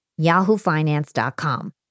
yahoofinance.com